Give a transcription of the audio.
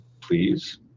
please